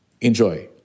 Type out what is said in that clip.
Enjoy